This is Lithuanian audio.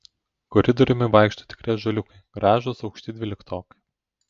koridoriumi vaikšto tikri ąžuoliukai gražūs aukšti dvyliktokai